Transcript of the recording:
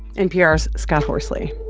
npr's scott horsley